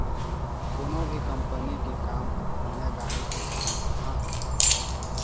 कोनो भी कंपनी के काम ह बिना गाड़ी के काम काँहा होथे